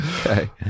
Okay